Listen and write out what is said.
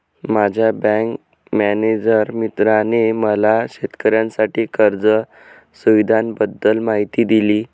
माझ्या bank manager मित्राने मला शेतकऱ्यांसाठी कर्ज सुविधांबद्दल माहिती दिली